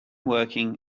working